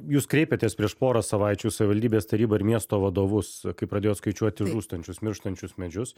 jūs kreipėtės prieš porą savaičių į savivaldybės tarybą ir miesto vadovus kai pradėjot skaičiuoti žūstančius mirštančius medžius